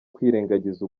kwirengagiza